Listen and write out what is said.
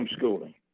homeschooling